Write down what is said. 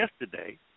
yesterday